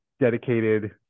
dedicated